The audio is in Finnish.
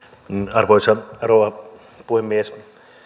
arvoisa rouva puhemies